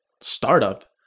startup